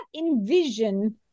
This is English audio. envision